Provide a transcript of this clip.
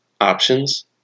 options